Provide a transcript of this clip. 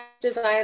design